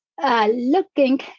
Looking